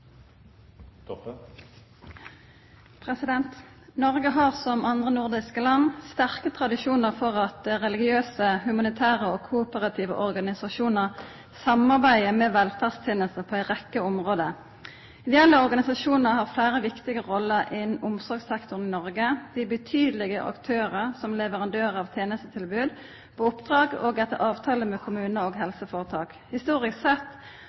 Noreg har, som andre nordiske land, sterke tradisjonar for at religiøse, humanitære og kooperative organisasjonar samarbeider om velferdstenester på ei rekkje område. Ideelle organisasjonar har fleire viktige roller innan omsorgssektoren i Noreg. Dei er betydelege aktørar som leverandørar av tenestetilbod på oppdrag av og etter avtale med kommunar og helseføretak. Historisk sett